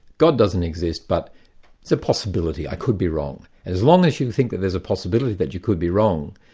god doesn't exist, but it's a possibility, i could be wrong. as long as you think that there's a possibility that you could be wrong,